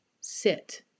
sit